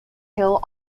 tale